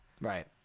Right